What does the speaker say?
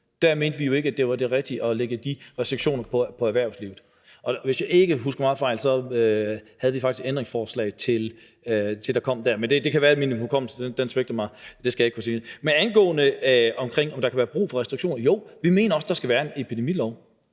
så mente vi jo ikke, at det var det rigtige at lægge de restriktioner på erhvervslivet, og hvis jeg ikke husker meget forkert, stillede vi faktisk et ændringsforslag. Men det kan være, at min hukommelse svigter mig – det skal jeg ikke kunne sige. Hvad angår spørgsmålet om, hvorvidt der kan blive brug for restriktioner, vil jeg svare ja, og vi mener også, at der skal være en epidemilov.